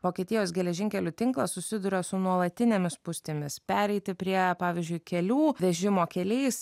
vokietijos geležinkelių tinklas susiduria su nuolatinėmis spūstimis pereiti prie pavyzdžiui kelių vežimo keliais